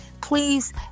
Please